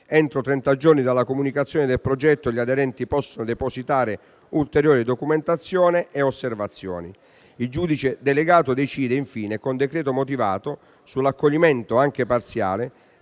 trenta giorni dalla comunicazione del progetto gli aderenti possono depositare ulteriore documentazione e osservazioni; il giudice delegato decide, infine, con decreto motivato, sull'accoglimento, anche parziale,